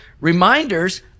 reminders